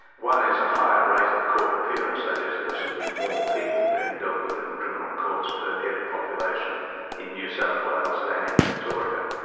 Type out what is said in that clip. one is a higher rate of court appearance, that is, there are simply more people being dealt with in the criminal courts per head of population in new south wales than in victoria.